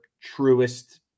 truest